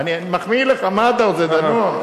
אני מחמיא לך, מה אתה רוצה, דנון?